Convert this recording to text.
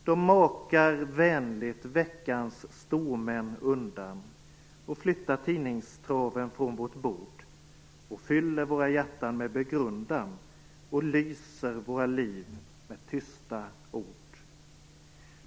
De makar vänligt veckans stormän undan och flyttar tidningstraven från vårt bord och fyller våra hjärtan med begrundan och lyser våra liv med tysta ord.